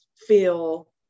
feel